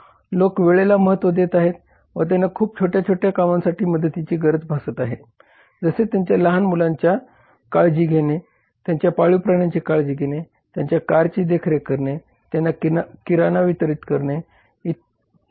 लोक वेळेला महत्व देत आहेत व त्यांना खूप छोट्या छोट्या कामांसाठीसुद्धा मदतीची गरज भासत आहे जसे त्यांच्या लहान मुलांची काळजी घेणे त्यांच्या पाळीव प्राण्यांची काळजी घेणे त्यांच्या कारची देखरेख करणे त्यांना किराणा वितरीत करणे इत्तर घरगुती सेवा देणे इत्यादी